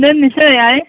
दोननोसै आइ